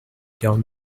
down